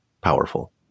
powerful